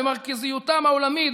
במרכזיותם העולמית,